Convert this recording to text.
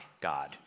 God